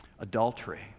Adultery